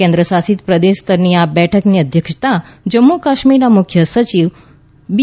કેન્દ્રશાસિત પ્રદેશ સ્તરની આ બેઠકની અધ્યક્ષતા જમ્મુ કાશ્મીરના મુખ્ય સચિવ બી